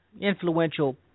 influential